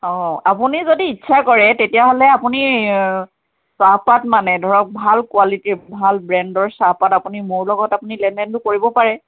অ আপুনি যদি ইচ্ছা কৰে তেতিয়াহ'লে আপুনি চাহপাত মানে ধৰক ভাল কুৱালিটিৰ ভাল ব্ৰেণ্ডৰ চাহপাত আপুনি মোৰ লগত আপুনি লেনদেনটো কৰিব পাৰে